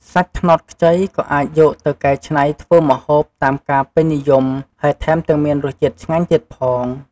សាច់ត្នោតខ្ចី ក៏អាចយកទៅកែច្នៃធ្វើម្ហូបតាមការពេញនិយម ហើយថែមទាំងមានរសជាតិឆ្ងាញ់ទៀតផង។